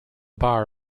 bar